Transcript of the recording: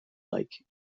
like